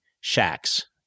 shacks